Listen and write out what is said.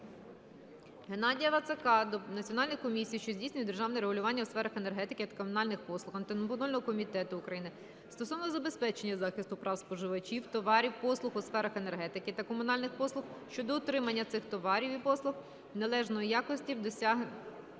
Геннадія Вацака до Національної комісії, що здійснює державне регулювання у сферах енергетики та комунальних послуг, Антимонопольного комітету України стосовно забезпечення захисту прав споживачів товарів, послуг у сферах енергетики та комунальних послуг щодо отримання цих товарів і послуг належної якості в достатній